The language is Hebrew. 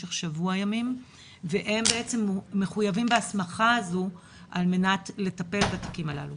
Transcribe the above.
במשך שבוע ימים והם בעצם מחויבים בהסמכה הזו על מנת לטפל בתיקים הללו.